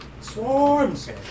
Swarms